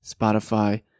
Spotify